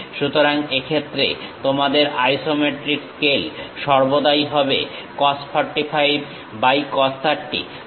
সুতরাং এক্ষেত্রে তোমাদের আইসোমেট্রিক স্কেল সর্বদাই হবে cos 45 বাই cos 30